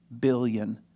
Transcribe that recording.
Billion